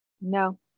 no